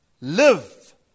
Live